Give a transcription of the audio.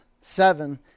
seven